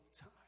time